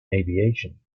aviation